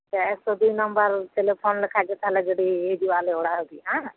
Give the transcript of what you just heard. ᱥᱮ ᱮᱠᱥᱚ ᱫᱩᱭ ᱱᱟᱢᱵᱟᱨ ᱛᱮᱞᱮ ᱯᱷᱳᱱ ᱞᱮᱠᱷᱟᱱ ᱜᱮ ᱜᱟᱹᱰᱤ ᱦᱤᱡᱩᱜᱼᱟ ᱟᱞᱮ ᱚᱲᱟᱜ ᱦᱟᱹᱵᱤᱡ ᱵᱟᱝ